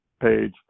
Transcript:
page